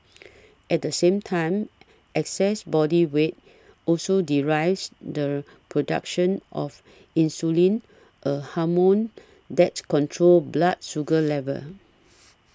at the same time excess body weight also derives the production of insulin a hormone that controls blood sugar levels